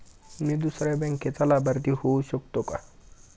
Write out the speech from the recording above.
मी दुसऱ्या बँकेचा लाभार्थी होऊ शकतो का?